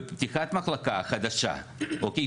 ופתיחת מחלקה חדשה, אוקיי?